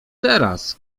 teraz